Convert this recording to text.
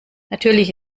natürlich